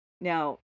Now